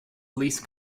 least